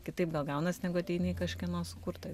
kitaip gal gaunasi negu ateini į kažkieno sukurtą